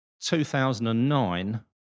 2009